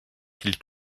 qu’il